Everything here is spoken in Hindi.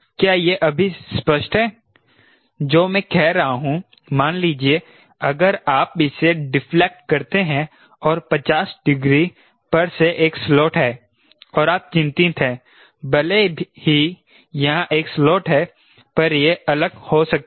क्या यह अभी स्पष्ट है जो मैं कह रहा हूं मान लीजिए अगर आप इसे डिफलेक्ट करते हैं और 50 डिग्री पर से एक स्लॉट है और आप चिंतित हैं भले ही यहां एक स्लॉट है पर यह अलग हो सकता है